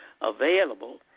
available